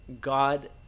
God